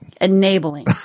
enabling